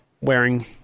wearing